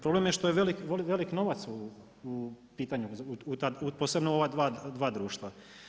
Problem je što je velik novac u pitanju posebno u ova dva društva.